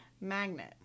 magnet